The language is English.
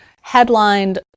headlined